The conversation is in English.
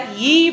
ye